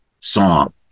song